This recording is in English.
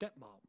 stepmom